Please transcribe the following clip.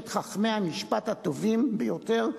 את חכמי המשפט הטובים ביותר,